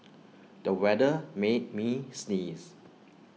the weather made me sneeze